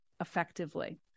effectively